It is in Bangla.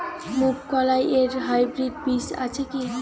মুগকলাই এর হাইব্রিড বীজ আছে কি?